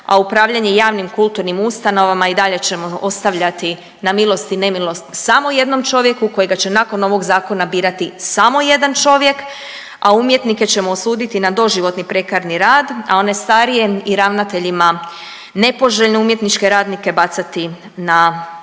a upravljanje javnim i kulturnim ustanovama i dalje ćemo ostavljati na milost i nemilost samo jednom čovjeku kojega će nakon ovoga zakona birati samo jedan čovjek, a umjetnike ćemo osuditi na doživotni prekarni rad, a one starije i ravnateljima nepoželjne umjetničke radnike baciti na